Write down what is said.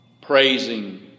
praising